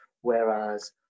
whereas